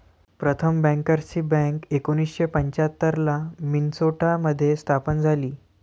प्रथम बँकर्सची बँक एकोणीसशे पंच्याहत्तर ला मिन्सोटा मध्ये स्थापन झाली